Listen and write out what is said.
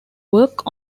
work